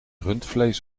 rundvlees